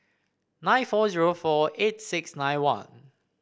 nine four zero four eight six nine one